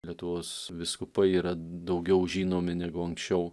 lietuvos vyskupai yra daugiau žinomi negu anksčiau